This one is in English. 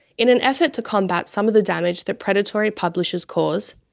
in an effort to combat some of the damage that predatory publishers cause,